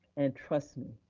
and trust me,